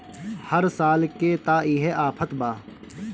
हर साल के त इहे आफत बा